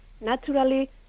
naturally